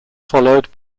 followed